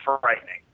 frightening